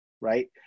right